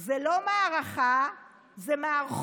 זה לא מערכה, זה מערכון.